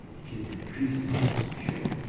it is decreasing that is for sure,